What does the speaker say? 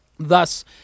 Thus